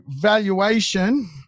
valuation